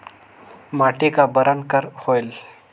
माटी का बरन कर होयल?